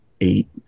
eight